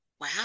wow